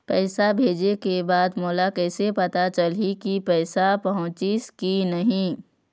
पैसा भेजे के बाद मोला कैसे पता चलही की पैसा पहुंचिस कि नहीं?